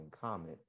comment